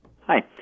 Hi